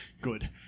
Good